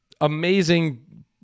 amazing